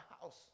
house